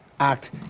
act